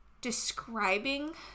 describing